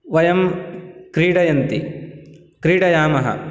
वयं क्रीडयन्ति क्रीडयामः